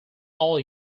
all